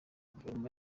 guverinoma